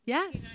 Yes